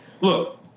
Look